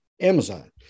Amazon